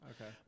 okay